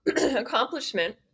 accomplishment